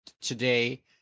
today